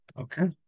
Okay